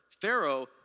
Pharaoh